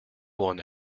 one